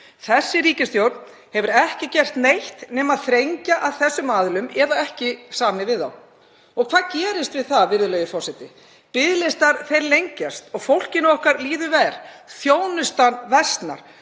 Þessi ríkisstjórn hefur ekki gert neitt nema þrengja að þessum aðilum eða ekki samið við þá. Og hvað gerist við það, virðulegi forseti? Biðlistar lengjast og fólkinu okkar líður verr. Þjónustan versnar